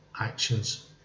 actions